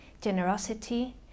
generosity